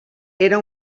era